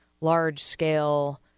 large-scale